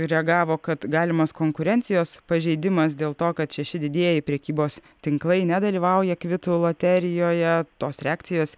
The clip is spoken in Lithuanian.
reagavo kad galimas konkurencijos pažeidimas dėl to kad šeši didieji prekybos tinklai nedalyvauja kvitų loterijoje tos reakcijos